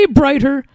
brighter